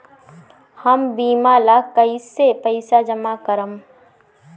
हम बीमा ला कईसे पईसा जमा करम?